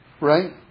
Right